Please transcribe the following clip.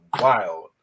wild